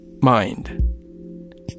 mind